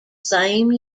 same